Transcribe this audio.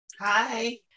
hi